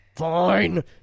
fine